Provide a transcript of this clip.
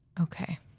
Okay